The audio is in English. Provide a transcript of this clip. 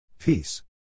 Peace